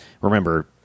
remember